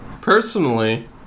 Personally